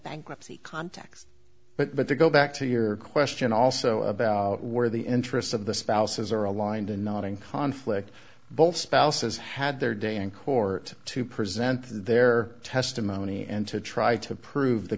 bankruptcy context but to go back to your question also about where the interests of the spouses are aligned in knotting conflict both spouses had their day in court to present their testimony and to try to prove the